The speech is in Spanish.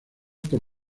por